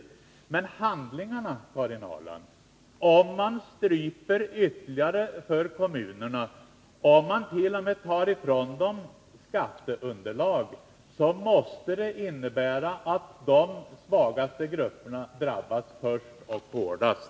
Beträffande handlingarna, Karin Ahrland, innebär det att om man stryper till ytterligare för kommunerna och t.o.m. tar ifrån dem skatteunderlag, måste det innebära att de svagaste grupperna drabbas först och hårdast.